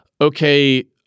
okay